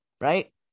Right